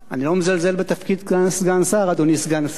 אני לא מזלזל בתפקיד סגן שר, אדוני סגן השר,